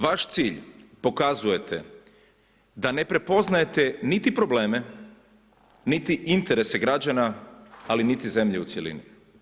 Vaš cilj pokazujete da ne prepoznajete niti probleme, niti interese građana ali niti zemlje u cjelini.